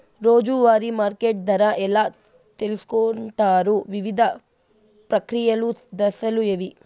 రోజూ వారి మార్కెట్ ధర ఎలా తెలుసుకొంటారు వివిధ ప్రక్రియలు దశలు ఏవి?